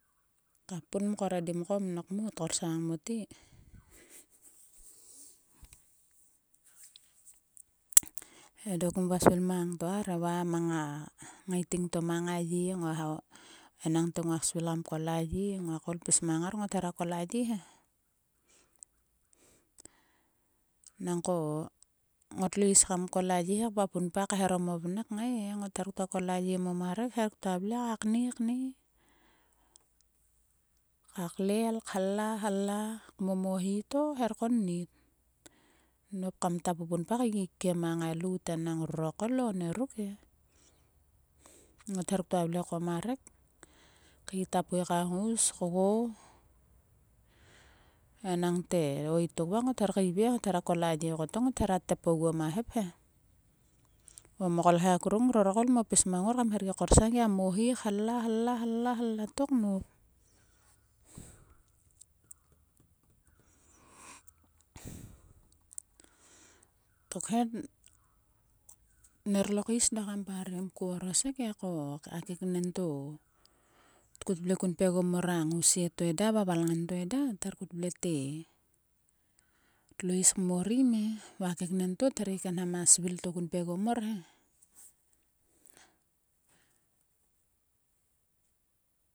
Ka pun mkor endi mko mnok mo. tkorsang mote. Endo kom svil mang to arhe. Va mang a ngaiting to arhe. Va mang a ngaiting to mang a ye ngua enangte nguak svil kam kol a ye. Nguak koul pis mang ngar ngot hera kol a ye he. Nangko ngotlo is kam kol a ye he vua punpa kaeharom o vnek kngai e. Ngot her ktua kol a ye mo ma rek. her ktua vle ka kne kne. Ka klel khala. halla momohi to her konnit. Nop kamkta pupunpa keikiem a ngalout enang rurokol onieruke e. Ngot her ktua vle ko ma rek keit a pui ka ngous kgo. E nangte o itok va ngot her keive ngot hera kol a ye kotok ngot hera tep oguo ma hep he. Va mo kolkhek akunuk ngror koul mo pis mang ngor kam gia korsang kmohi halla halla halla to knop. Tokhe ner lo keis dok kam parem ko orosek e. Ko a keknen to tkut vle kun pgegom mor a ngousie to eda va a valngan to eda. Ther kut vle te tlo is kmorm e va a keknen to ther gi kenhana svil to kun pgegom mor he.